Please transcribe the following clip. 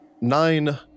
nine